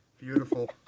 Beautiful